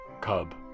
cub